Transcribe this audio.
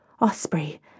Osprey